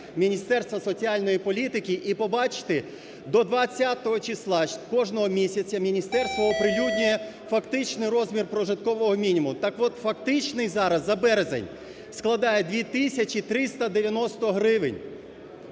Міністерства соціальної політики і побачити: до 20 числа кожного місяця міністерство оприлюднює фактичний розмір прожиткового мінімуму. Так от фактичний зараз за березень складає 2 тисячі 390 гривень,